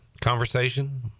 conversation